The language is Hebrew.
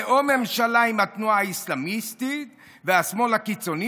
זה או ממשלה עם התנועה האסלאמית והשמאל הקיצוני,